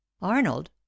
arnold